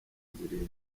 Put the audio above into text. zirindwi